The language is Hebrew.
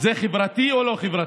זה חברתי או לא חברתי?